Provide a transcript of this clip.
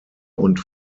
und